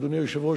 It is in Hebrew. אדוני היושב-ראש,